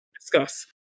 discuss